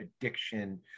addiction